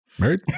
Married